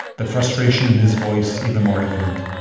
the frustration in his voice even more evident.